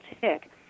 tick